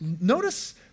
notice